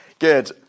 Good